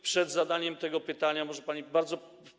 Przed zadaniem tego pytania może pani bardzo.